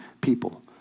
people